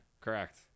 Correct